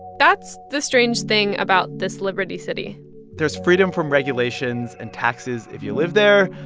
that's the strange thing about this liberty city there's freedom from regulations and taxes if you live there,